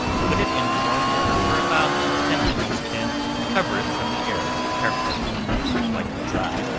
put it in warm water for about ten minutes, and cover it from the air carefully wipe it dry,